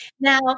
Now